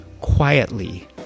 quietly